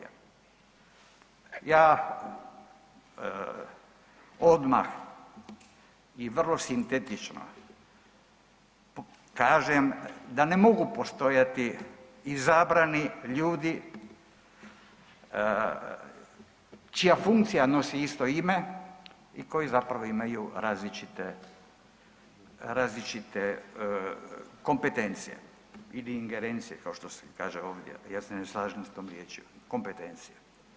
Ja odmah i vrlo sintetično kažem da ne mogu postojati izabrani ljudi čija funkcija nosi isto ime i koji zapravo imaju različite, različite kompetencije ili ingerencije kao što se kaže ovdje, ja se ne slažem s tom riječju, kompetencije.